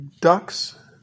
ducks